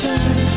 Turn